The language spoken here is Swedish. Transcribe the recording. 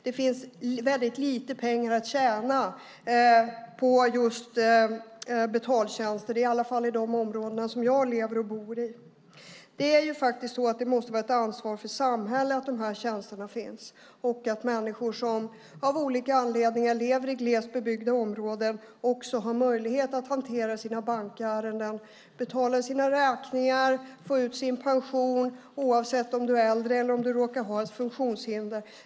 Det finns väldigt lite pengar att tjäna på betaltjänster åtminstone i de områden där jag lever och bor. Det måste vara ett ansvar för samhället att de här tjänsterna finns och att människor som av olika anledningar lever i glest bebyggda områden har möjlighet att hantera sina bankärenden, betala sina räkningar och få ut sin pension oavsett om de är äldre eller råkar ha ett funktionshinder.